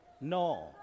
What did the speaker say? no